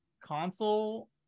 console